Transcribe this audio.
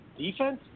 Defense